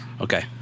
Okay